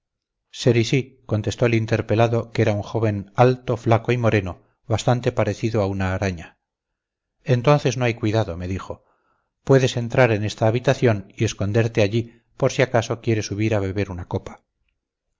contestó el interpelado que era un joven alto flaco y moreno bastante parecido a una araña entonces no hay cuidado me dijo puedes entrar en esta habitación y esconderte allí por si acaso quiere subir a beber una copa